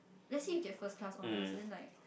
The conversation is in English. let's say you get first class honours and then like